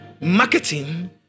marketing